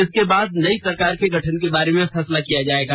इसके बाद नई सरकार के गठन के बारे में फैसला किया जाएगा